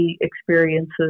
experiences